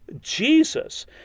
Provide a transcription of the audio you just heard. Jesus